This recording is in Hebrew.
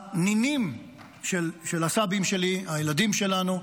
הנינים של הסבים שלי, הילדים שלנו,